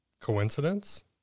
Coincidence